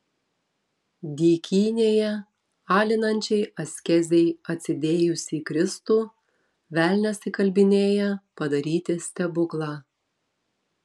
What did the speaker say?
dykynėje alinančiai askezei atsidėjusį kristų velnias įkalbinėja padaryti stebuklą